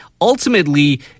ultimately